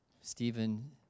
Stephen